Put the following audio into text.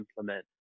implement